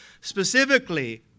specifically